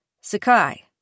Sakai